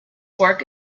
work